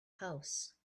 house